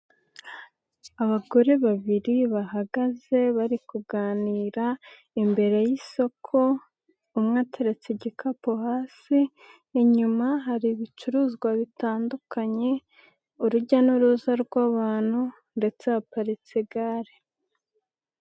Abagore babiri bahagaze bari kuganira imbere y'isoko, umwe ateretse igikapu hasi inyuma hari ibicuruzwa bitandukanye urujya n'uruza rw'abantu ndetse haparitse igare.